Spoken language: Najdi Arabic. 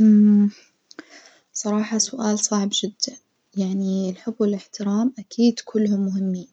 صراحة سؤا ل صعب جدًا، يعني الحب والاحترام أكيد كلهم مهمين،